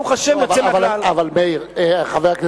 ברוך השם,